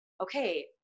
okay